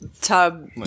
tub